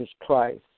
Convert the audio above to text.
Christ